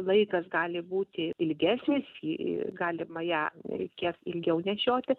laikas gali būti ilgesnis į galimą ją reikės ilgiau nešioti